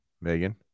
Megan